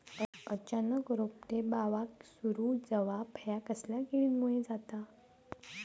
अचानक रोपटे बावाक सुरू जवाप हया कसल्या किडीमुळे जाता?